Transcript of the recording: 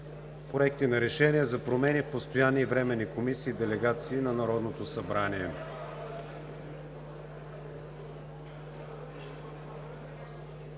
„Проекти на решения за промени в постоянни и временни комисии и делегация на Народното събрание“.